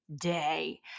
day